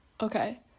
Okay